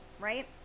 Right